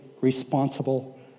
responsible